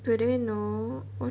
today no